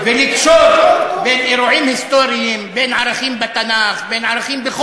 ולומר את אשר על לבי גם ביום הזה,